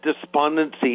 despondency